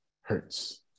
hurts